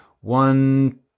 One